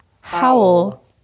Howl